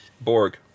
Borg